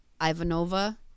Ivanova